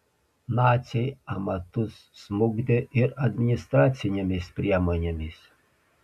naciai amatus smukdė ir administracinėmis priemonėmis